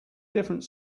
different